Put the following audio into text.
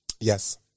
yes